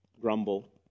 grumble